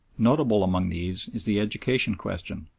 notable among these is the education question,